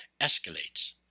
escalates